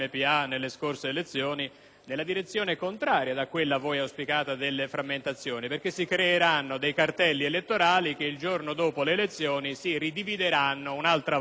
nella direzione contraria da quella da voi auspicata circa le frammentazioni, perché si creeranno cartelli elettorali che il giorno dopo le elezioni si ridivideranno un'altra volta all'interno del Parlamento.